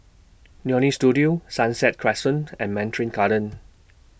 Leonie Studio Sunset Crescent and Mandarin Gardens